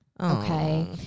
Okay